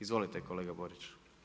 Izvolite kolega Borić.